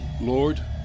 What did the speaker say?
lord